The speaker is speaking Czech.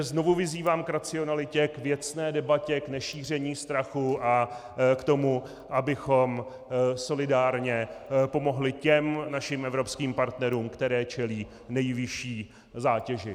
Znovu vyzývám k racionalitě, k věcné debatě, k nešíření strachu a k tomu, abychom solidárně pomohli těm našim evropským partnerům, kteří čelí nejvyšší zátěži.